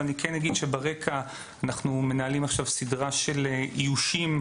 אבל אני כן אגיד שברקע אנחנו מנהלים עכשיו סדרה של איושים,